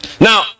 Now